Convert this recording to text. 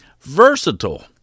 Versatile